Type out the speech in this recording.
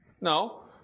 no